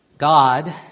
God